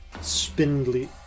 spindly